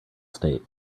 state